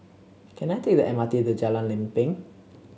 can I take the M R T to Jalan Lempeng